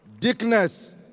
Dickness